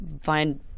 find